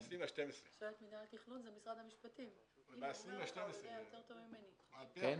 על פי הפרסום,